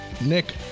Nick